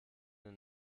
den